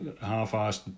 half-assed